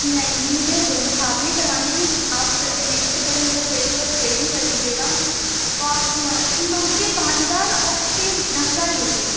نہیں نہیں مجھے دونوں ساتھ میں ہی کرانے ہیں آپ میکپ سے پہلے میرا فیشیل اور تھریڈنگ کر دیجیے گا تو آپ ان دونوں کے پانچ ہزار اور اس کے دس ہزار لیں گی